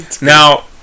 Now